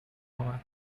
آمد